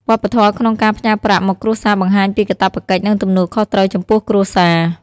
វប្បធម៌ក្នុងការផ្ញើប្រាក់មកគ្រួសារបង្ហាញពីកាតព្វកិច្ច និងទំនួលខុសត្រូវចំពោះគ្រួសារ។